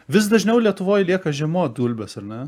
vis dažniau lietuvoj lieka žiemot gulbės ar ne